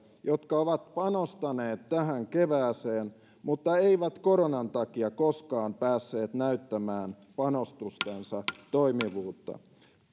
jotka ovat panostaneet tähän kevääseen mutta eivät koronan takia koskaan päässeet näyttämään panostustensa toimivuutta